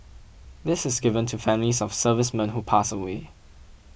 this is given to families of servicemen who pass away